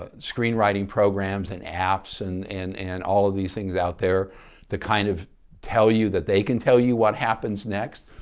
ah screenwriting programs and apps and and and all these things out there to kind of tell you that they can tell you what happens next.